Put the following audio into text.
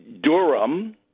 Durham